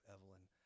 Evelyn